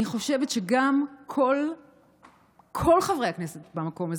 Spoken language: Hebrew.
אני חושבת שכל חברי הכנסת במקום הזה,